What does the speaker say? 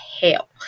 hell